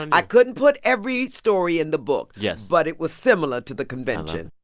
i couldn't put every story in the book. yes. but it was similar to the convention